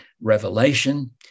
revelation